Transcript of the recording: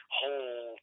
whole